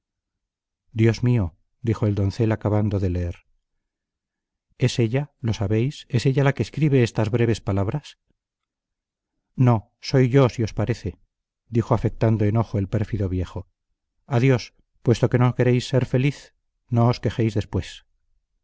dios mío dijo el doncel acabando de leer es ella lo sabéis es ella la que escribe estas breves palabras no soy yo si os parece dijo afectando enojo el pérfido viejo adiós puesto que no queréis ser feliz no os quejéis después